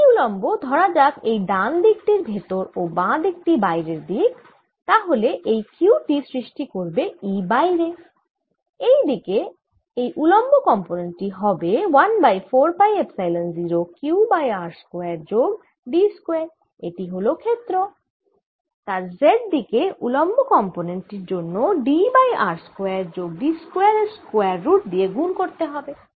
E উলম্ব ধরা যাক এই ডান দিক টি ভেতর ও বাঁ দিক টি বাইরের দিক তাহলে এই q টি সৃষ্টি করবে E বাইরে এই দিকে এই উলম্ব কম্পোনেন্ট টি হবে 1 by 4 pi epsilon 0 q by r square যোগ d স্কয়ার এটি হল ক্ষেত্র তার z দিকে উলম্ব কম্পোনেন্ট টির জন্য d বাই r স্কয়ার যোগ d স্কয়ার এর স্কয়ার রুট দিয়ে গুন করতে হবে